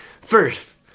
first